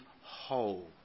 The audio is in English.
whole